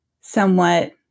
somewhat